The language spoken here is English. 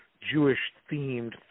Jewish-themed